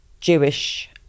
Jewish